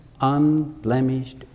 unblemished